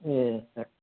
ए सार